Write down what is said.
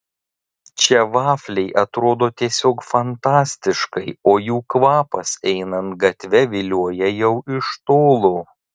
čia vafliai atrodo tiesiog fantastiškai o jų kvapas einant gatve vilioja jau iš tolo